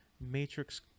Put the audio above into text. Matrix